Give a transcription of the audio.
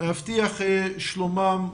להבטחת שלומם,